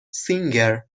سینگر